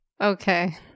okay